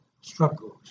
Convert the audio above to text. struggles